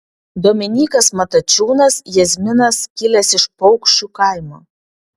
dominykas matačiūnas jazminas kilęs iš paukščiu kaimo